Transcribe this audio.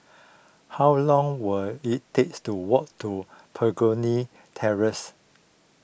how long will it takes to walk to Begonia Terrace